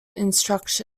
instruction